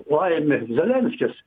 laimi zelenskis